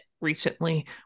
recently